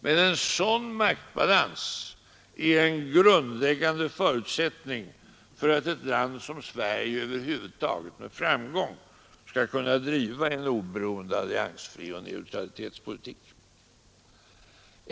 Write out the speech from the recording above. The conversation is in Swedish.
Men en sådan maktbalans är en grundläggande förutsättning för att ett land som Sverige över huvud taget med framgång skall kunna driva en oberoende, alliansfri neutralitetspolitik.